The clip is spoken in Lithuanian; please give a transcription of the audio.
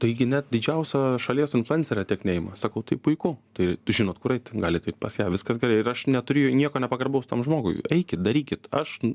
taigi net didžiausia šalies influencerė tiek neima sakau tai puiku tai tai žinot kur eiti galit eit pas ją viskas gerai ir aš neturiu jo nieko nepagarbaus tam žmogui eikit darykit aš